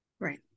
Right